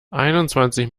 einundzwanzig